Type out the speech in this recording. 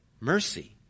mercy